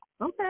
Okay